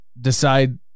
decide